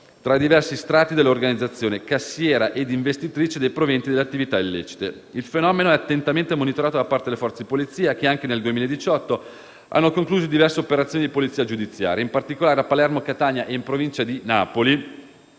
fra i diversi strati dell'organizzazione, cassiera ed investitrice dei proventi delle attività illecite. II fenomeno è attentamente monitorato da parte delle Forze di polizia che, anche nel 2018, hanno concluso diverse operazioni di polizia giudiziaria. In particolare, a Palermo, Catania e in provincia di Napoli,